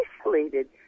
Isolated